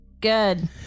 good